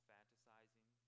fantasizing